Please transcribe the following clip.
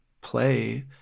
play